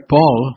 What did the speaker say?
Paul